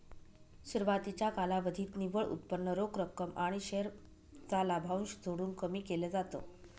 सुरवातीच्या कालावधीत निव्वळ उत्पन्न रोख रक्कम आणि शेअर चा लाभांश जोडून कमी केल जात